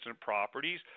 properties